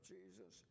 Jesus